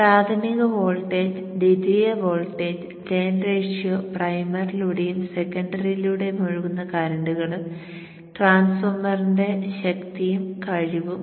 പ്രാഥമിക വോൾട്ടേജ് ദ്വിതീയ voltage turn ratio പ്രൈമറിയിലൂടെയും സെക്കന്ഡറിയിലൂടെയും ഒഴുക്കുന്ന കറന്റുകളും ട്രാൻസ്ഫോമറിന്റെ ശക്തിയും കഴിവും